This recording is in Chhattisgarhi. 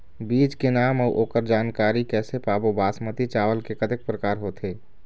बीज के नाम अऊ ओकर जानकारी कैसे पाबो बासमती चावल के कतेक प्रकार होथे?